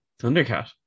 Thundercat